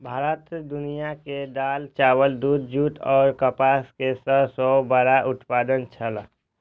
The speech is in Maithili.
भारत दुनिया में दाल, चावल, दूध, जूट और कपास के सब सॉ बड़ा उत्पादक छला